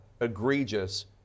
egregious